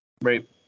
Right